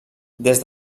des